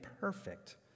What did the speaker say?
perfect